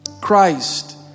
Christ